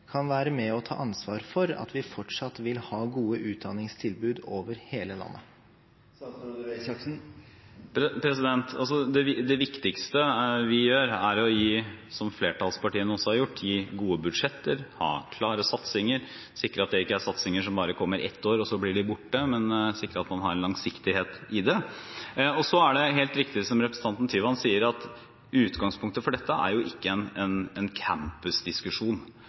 kan være med og ta ansvar for at vi fortsatt vil ha gode utdanningstilbud over hele landet? Det viktigste vi gjør, er å gi – som flertallspartiene også har gjort – gode budsjetter og ha klare satsinger og sikre at det ikke er satsinger som bare kommer ett år, og så blir de borte, men at man har en langsiktighet i det. Så er det helt riktig, som representanten Tyvand sier, at utgangspunktet for dette ikke er en